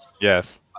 Yes